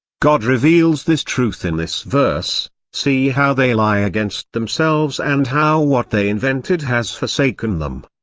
god reveals this truth in this verse see how they lie against themselves and how what they invented has forsaken them!